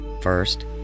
First